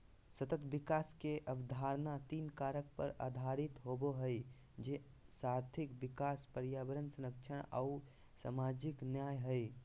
सतत विकास के अवधारणा तीन कारक पर आधारित होबो हइ, जे आर्थिक विकास, पर्यावरण संरक्षण आऊ सामाजिक न्याय हइ